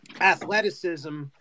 athleticism